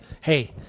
Hey